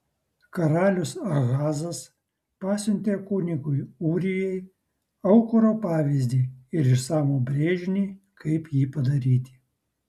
karalius ahazas pasiuntė kunigui ūrijai aukuro pavyzdį ir išsamų brėžinį kaip jį padaryti